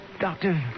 Doctor